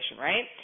right